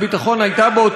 באותה תקופה.